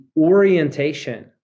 orientation